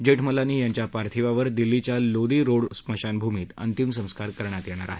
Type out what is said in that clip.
जेठमलानी यांच्या पार्थिवावर दिल्लीच्या लोदी रोड स्मशानभूमीत अंतिम संस्कार करण्यात येतील